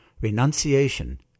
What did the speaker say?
renunciation